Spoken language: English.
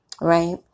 right